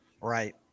right